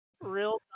real